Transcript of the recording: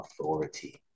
authority